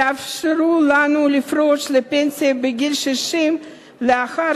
תאפשרו לנו לפרוש לפנסיה בגיל 60 לאחר